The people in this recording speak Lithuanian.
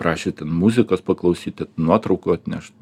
prašė ten muzikos paklausyti nuotraukų atnešt